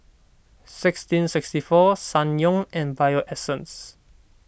sixteen sixty four Ssangyong and Bio Essence